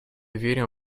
верим